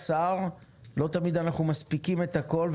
לא תמיד אנחנו מספיקים את הכול,